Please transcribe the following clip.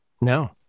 No